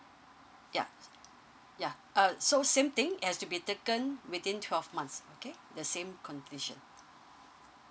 yup yeah uh so same thing has to be taken within twelve months okay the same condition